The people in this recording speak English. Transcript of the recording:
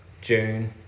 June